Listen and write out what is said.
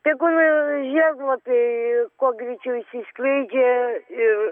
tegul ir žiedlapiai kuo greičiau išsiskleidžia ir